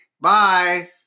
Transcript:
Bye